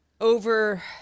over